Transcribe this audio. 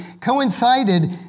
coincided